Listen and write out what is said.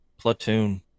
Platoon